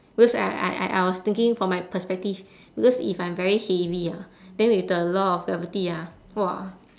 because I I I I was thinking from my perspective because if I'm very heavy ah then with the law of gravity ah !wah!